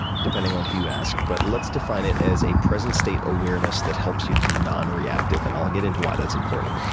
depending on who you ask but let's define it as a present state awareness that helps you to be nonreactive, and i'll get into why that's important.